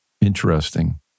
interesting